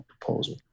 proposal